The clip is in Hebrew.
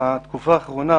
בתקופה האחרונה,